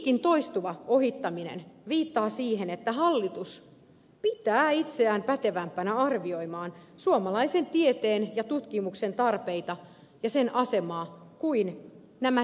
kritiikin toistuva ohittaminen viittaa siihen että hallitus pitää itseään pätevämpänä arvioimaan suomalaisen tieteen ja tutkimuksen tarpeita ja sen asemaa kuin ovat nämä tekijät itse